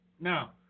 Now